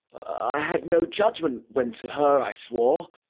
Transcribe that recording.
i had no judgment when to her i swore.